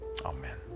Amen